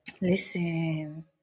listen